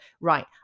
right